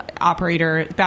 operator